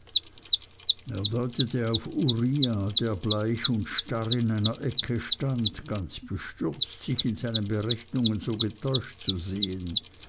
er deutete auf uriah der bleich und starr in einer ecke stand ganz bestürzt sich in seinen berechnungen so getäuscht zu sehen